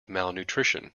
malnutrition